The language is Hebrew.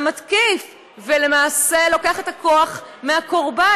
למתקיף, ולמעשה לוקח את החוק מהקורבן.